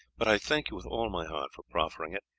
but i thank you with all my heart for proffering it,